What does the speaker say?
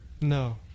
no